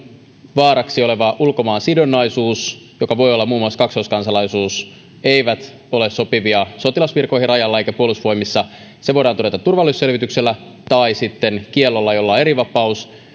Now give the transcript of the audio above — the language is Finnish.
vaaraksi oleva ulkomaansidonnaisuus joka voi olla muun muassa kaksoiskansalaisuus eivät ole sopivia sotilasvirkoihin rajalla eivätkä puolustusvoimissa se voidaan todeta turvallisuusselvityksellä tai sitten kiellolla jolla on erivapaus